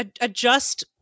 adjust